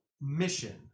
mission